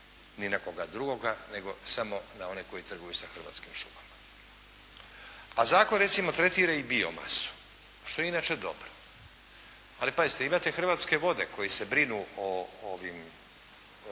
ni na koga drugoga, nego samo na one koji trguju sa Hrvatskim šumama. A zakon recimo tretira i biomasu što je inače dobro. Ali pazite, imate Hrvatske vode koji se brinu o tim